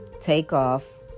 Takeoff